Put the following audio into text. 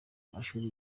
amashuli